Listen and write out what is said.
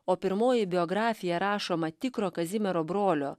o pirmoji biografija rašoma tikro kazimiero brolio